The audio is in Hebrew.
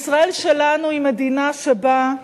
ישראל שלנו היא מדינה שבה,